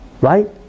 Right